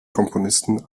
komponisten